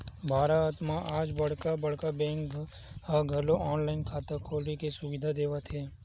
भारत म आज बड़का बड़का बेंक ह घलो ऑनलाईन खाता खोले के सुबिधा देवत हे